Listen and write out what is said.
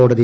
കോടതി